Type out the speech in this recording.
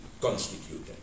constituted